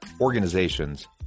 organizations